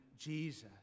Jesus